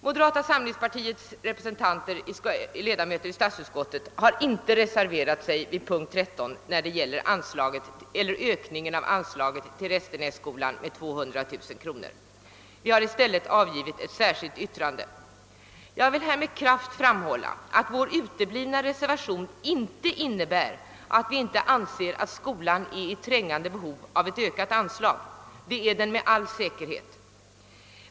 Moderata samlingspartiets representanter i statsutskottet har inte reserverat sig vid punkt 13 beträffande ökningen av anslaget till Restenässkolan med 200 000 kronor. Vi har i stället avgivit ett särskilt yttrande. Jag vill här med kraft framhålla, att vår uteblivna reservation inte innebär, att vi inte anser att skolan är i trängande behov av ett ökat anslag. Det är den med all säkerhet.